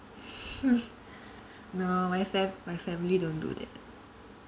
no my fam~ my family don't do that